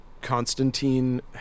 Constantine